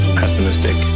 pessimistic